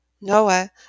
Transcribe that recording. Noah